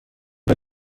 bei